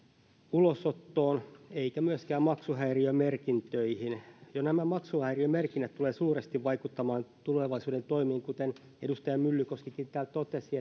ulosottoon eikä myöskään maksuhäiriömerkintöihin jo nämä maksuhäiriömerkinnät tulevat suuresti vaikuttamaan tulevaisuuden toimiin kuten edustaja myllykoskikin täällä totesi